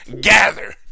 gather